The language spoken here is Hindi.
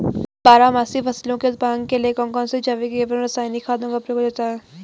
बारहमासी फसलों के उत्पादन के लिए कौन कौन से जैविक एवं रासायनिक खादों का प्रयोग किया जाता है?